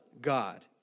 God